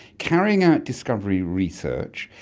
carrying out discovery research,